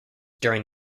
during